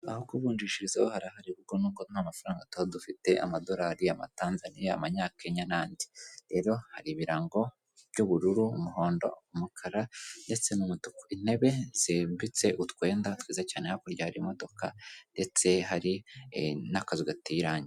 Aho kubunjishiriza ho hara hari ahubwo nuko nta mafaranga tuba dufite amadolari amatanzaniya, abanyakenya n'andi .Rero hari ibirango by'ubururu, umuhondo, umukara ndetse n'umutuku. Intebe zimbitse utwenda twiza cyane, hakurya hari imodoka ndetse hari n'akazu gateye irangi.